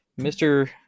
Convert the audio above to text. Mr